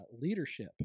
leadership